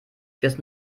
fürs